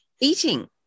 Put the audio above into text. eating